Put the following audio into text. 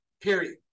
Period